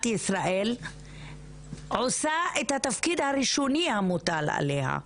ישראל עושה את התפקיד הראשוני המוטל עליה,